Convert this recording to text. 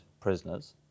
prisoners